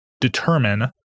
determine